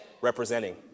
representing